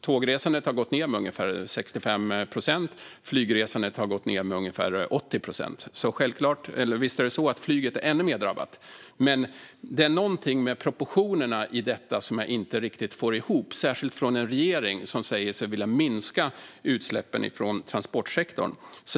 Tågresandet har gått ned med ungefär 65 procent, och flygresandet har gått ned med ungefär 80 procent. Så visst är det så att flyget är ännu mer drabbat, men det är någonting med proportionerna i detta som jag inte riktigt får ihop - särskilt när det gäller en regering som säger sig vilja minska utsläppen från transportsektorn.